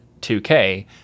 2K